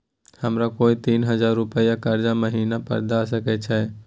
हमरा कोय तीन हजार रुपिया कर्जा महिना पर द सके छै?